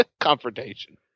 confrontation